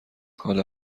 حالا